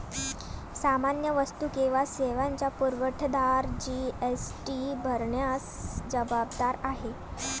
सामान्य वस्तू किंवा सेवांचा पुरवठादार जी.एस.टी भरण्यास जबाबदार आहे